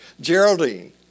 Geraldine